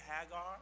Hagar